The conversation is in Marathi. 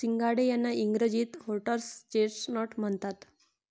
सिंघाडे यांना इंग्रजीत व्होटर्स चेस्टनट म्हणतात